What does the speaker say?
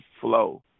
flow